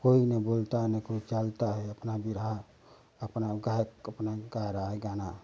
कोई न बोलता है न कोई चालता है अपना बिरहा अपना गायक अपना गा रहा है गाना